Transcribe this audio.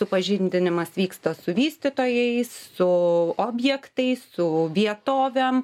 supažindinimas vyksta su vystytojais su objektais su vietovėm